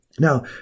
Now